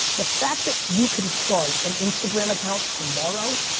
the fact that you can start an instagram account tomorrow,